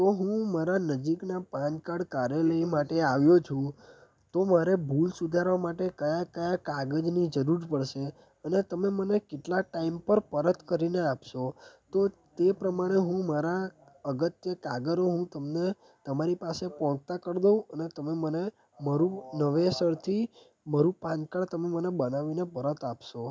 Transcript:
તો હું મારા નજીકનાં પાનકાર્ડ કાર્યાલય માટે આવ્યો છું તો મારે ભૂલ સુધારવા માટે કયા કયા કાગળની જરૂર પડશે ને તમે મને કેટલા ટાઈમ પર પરત કરીને આપશો તો તે પ્રમાણે હું મારા અગત્ય કાગળો હું તમને તમારી પાસે પહોંચતા કરી દઉં અને તમે મને મારું નવેસરથી મારું પાનકાર્ડ તમે મને બનાવીને પરત આપશો